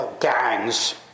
gangs